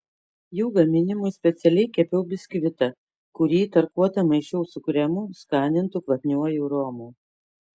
jų gaminimui specialiai kepiau biskvitą kurį tarkuotą maišiau su kremu skanintu kvapniuoju romu